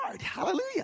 hallelujah